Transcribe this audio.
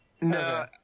No